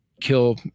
kill